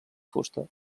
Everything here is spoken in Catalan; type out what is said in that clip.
fusta